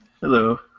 Hello